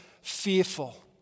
fearful